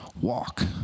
walk